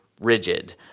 rigid